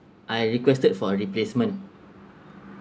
I requested for a replacement